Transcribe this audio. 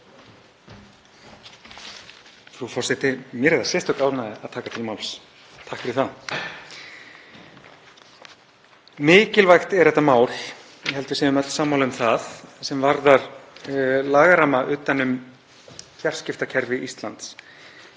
Mér er sérstök ánægja að taka til máls, takk fyrir það. Mikilvægt er þetta mál, ég held að við séum öll sammála um það, sem varðar lagaramma utan um fjarskiptakerfi Íslands.